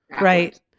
Right